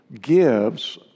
gives